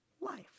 life